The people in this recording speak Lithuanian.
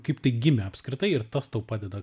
kaip tai gimė apskritai ir tas tau padeda